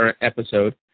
episode